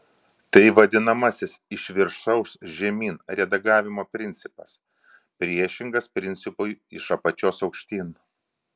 tai vadinamasis iš viršaus žemyn redagavimo principas priešingas principui iš apačios aukštyn